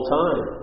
time